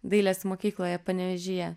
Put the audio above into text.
dailės mokykloje panevėžyje